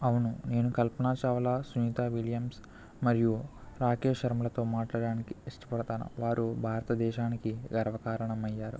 అవును నేను కల్పనా చావ్లా సునీత విలియమ్స్ మరియు రాకేష్ శర్మలతో మాట్లాడానికి ఇష్టపడతాను వారు భారతదేశానికి గర్వకారణమయ్యారు